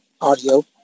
audio